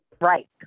right